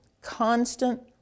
constant